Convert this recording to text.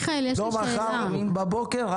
לא מחר בבוקר.